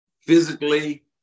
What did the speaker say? physically